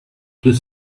deux